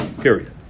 Period